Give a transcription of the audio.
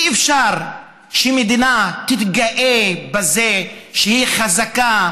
אי-אפשר שמדינה תתגאה בזה שהיא חזקה,